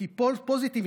כי false positive,